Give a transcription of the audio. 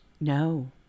No